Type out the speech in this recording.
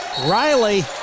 Riley